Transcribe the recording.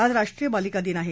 आज राष्ट्रीय बालिका दिन आहे